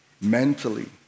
mentally